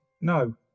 no